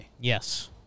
Yes